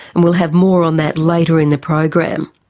and we'll have more on that later in the program.